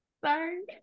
sorry